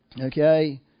okay